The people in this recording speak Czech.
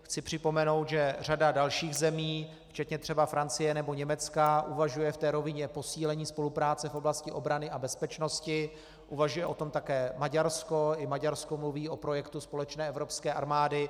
Chci připomenout, že řada dalších zemí včetně třeba Francie nebo Německa uvažuje v té rovině posílení spolupráce v oblasti obrany a bezpečnosti, uvažuje o tom také Maďarsko, i Maďarsko mluví o projektu společné evropské armády.